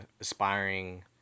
aspiring